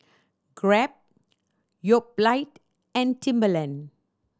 Grab Yoplait and Timberland